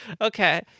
Okay